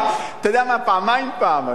אתה יודע מה, פעמיים פעם.